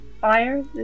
fire